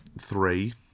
Three